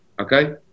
okay